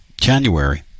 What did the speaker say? January